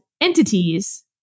entities